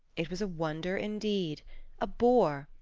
it was a wonder indeed a boar,